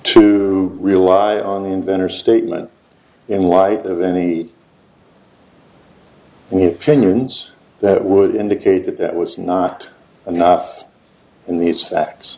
to rely on the inventor statement and why of any pinions that would indicate that that was not enough in these facts